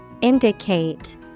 Indicate